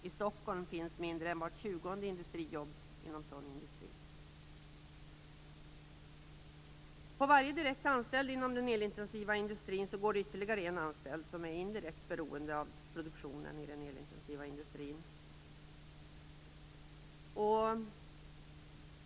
I Stockholm finns mindre än vart tjugonde industrijobb inom sådan industri. På varje direkt anställd inom den elintensiva industrin går det ytterligare en anställd som är indirekt beroende av produktionen inom den elintensiva industrin.